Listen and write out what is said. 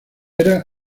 era